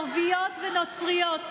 ערביות ונוצריות,